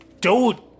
Dude